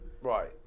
Right